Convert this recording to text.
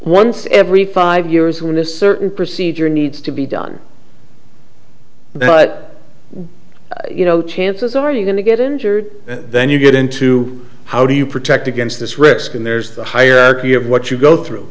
once every five years when a certain procedure needs to be done but you know chances are you going to get injured and then you get into how do you protect against this risk and there's the hierarchy of what you go through